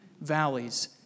valleys